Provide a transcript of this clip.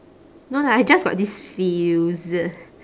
no lah I just got this feels